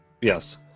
Yes